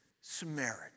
Samaritan